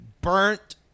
burnt